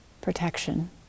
protection